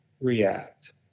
react